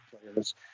players